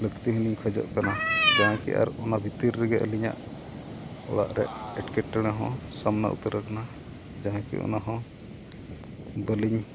ᱞᱟᱹᱠᱛᱤ ᱦᱚᱸᱞᱤᱧ ᱠᱷᱚᱡᱚᱜ ᱠᱟᱱᱟ ᱡᱟᱦᱟᱸ ᱠᱤ ᱟᱨ ᱚᱱᱟ ᱵᱷᱤᱛᱤᱨ ᱨᱮᱜᱮ ᱟᱹᱞᱤᱧᱟᱜ ᱚᱲᱟᱜ ᱨᱮ ᱮᱴᱠᱮᱴᱬᱮ ᱦᱚᱸ ᱥᱟᱢᱱᱟ ᱩᱛᱟᱹᱨ ᱟᱠᱟᱱᱟ ᱡᱟᱦᱟᱸ ᱠᱤ ᱚᱱᱟᱦᱚᱸ ᱵᱟᱹᱞᱤᱧ